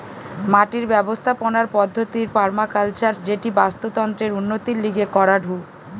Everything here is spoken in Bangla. মাটির ব্যবস্থাপনার পদ্ধতির পার্মাকালচার যেটি বাস্তুতন্ত্রের উন্নতির লিগে করাঢু